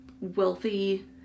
wealthy